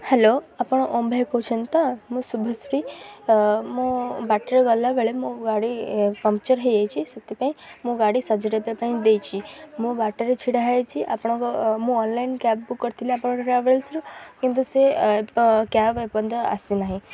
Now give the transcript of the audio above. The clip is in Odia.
ହ୍ୟାଲୋ ଆପଣ ଓମ୍ ଭାଇ କହୁଛନ୍ତି ତ ମୁଁ ଶୁଭଶ୍ରୀ ମୁଁ ବାଟରେ ଗଲାବେଳେ ମୋ ଗାଡ଼ି ପଙ୍କ୍ଚର୍ ହେଇଯାଇଛି ସେଥିପାଇଁ ମୁଁ ଗାଡ଼ି ସଜାଇବା ପାଇଁ ଦେଇଛି ମୋ ବାଟରେ ଛିଡ଼ା ହେଇଛି ଆପଣଙ୍କ ମୁଁ ଅନଲାଇନ୍ କ୍ୟାବ୍ ବୁକ୍ କରିଥିଲି ଆପଣଙ୍କ ଟ୍ରାଭେଲସ୍ରୁ କିନ୍ତୁ ସେ କ୍ୟାବ୍ ଏ ପର୍ଯ୍ୟନ୍ତ ଆସିନାହିଁ